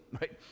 right